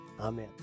Amen